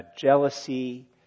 jealousy